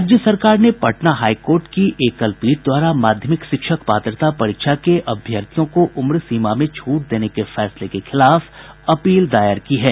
राज्य सरकार ने पटना हाई कोर्ट की एकल पीठ द्वारा माध्यमिक शिक्षक पात्रता परीक्षा के अभ्यर्थियों को उम्र सीमा में छूट देने के फैसले के खिलाफ अपील दायर की है